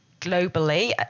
globally